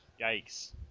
Yikes